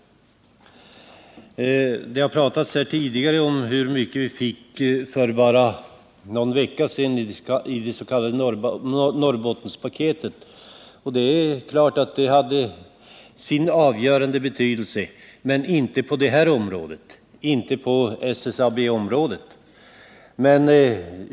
Det har tidigare här talats om hur mycket vi fick för bara en vecka sedan i dets.k. Norrbottenspaketet. Det är klart att det hade sin avgörande betydelse men inte på det här området, inte på SSAB-området.